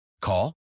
Call